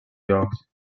llocs